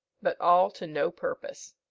but all to no purpose.